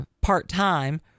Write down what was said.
part-time